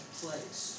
place